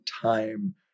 time